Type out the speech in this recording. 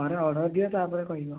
ଥରେ ଅର୍ଡ଼ର୍ ଦିଅ ତା'ପରେ କହିବ